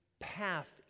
path